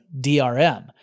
DRM